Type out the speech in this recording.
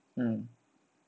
mm